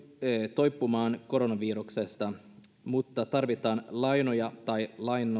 toipumaan koronaviruksesta mutta tarvitaan lainoja tai